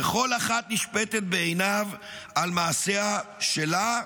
וכל אחת נשפטת בעיניו על מעשיה שלה,